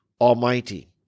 Almighty